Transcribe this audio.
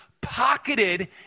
pocketed